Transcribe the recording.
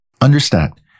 understand